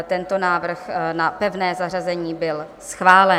Tento návrh na pevné zařazení byl schválen.